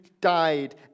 died